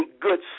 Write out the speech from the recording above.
good